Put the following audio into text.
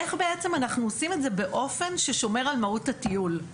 איך בעצם אנחנו עושים את זה באופן ששומר על מהות הטיול,